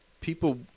People